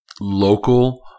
local